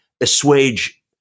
assuage